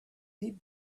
deep